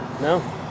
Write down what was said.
No